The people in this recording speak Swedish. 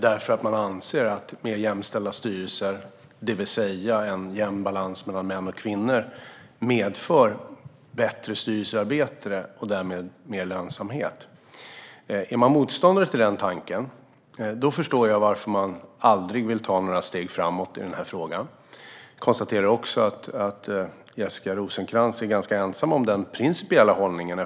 De anser att mer jämställda styrelser, det vill säga en jämn balans mellan män och kvinnor, medför bättre styrelsearbete och därmed mer lönsamhet. Om man är motståndare till denna tanke förstår jag varför man aldrig vill ta några steg framåt i frågan. Jag konstaterar också att Jessica Rosencrantz är ganska ensam om den principiella hållningen.